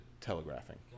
telegraphing